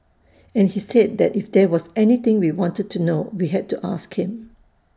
and he said that if there was anything we wanted to know we had to ask him